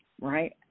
right